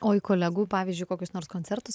o į kolegų pavyzdžiui kokius nors koncertus